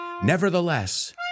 Nevertheless